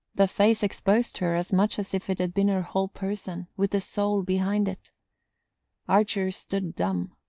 the face exposed her as much as if it had been her whole person, with the soul behind it archer stood dumb,